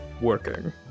working